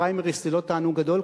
פריימריז זה לא תענוג גדול,